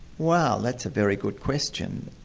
well that's a very good question.